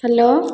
hello